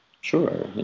Sure